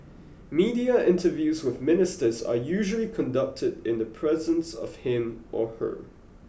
media interviews with Ministers are usually conducted in the presence of him or her